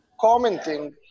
commenting